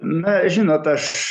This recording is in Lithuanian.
na žinot aš